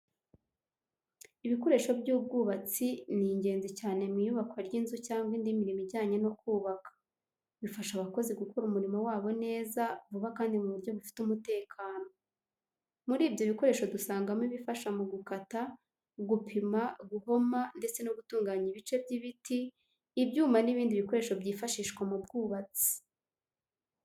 Ibikoresho by’ubwubatsi ni ingenzi cyane mu iyubakwa ry’inzu cyangwa indi mirimo ijyanye no kubaka. Bifasha abakozi gukora umurimo wabo neza, vuba kandi mu buryo bufite umutekano. Muri ibyo bikoresho dusangamo ibifasha mu gukata, gupima, guhoma, ndetse no gutunganya ibice by'ibiti, ibyuma n'ibindi bikoresho byifashishwa mu bwubatsi.